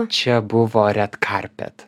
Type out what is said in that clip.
čia buvo red karpet